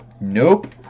Nope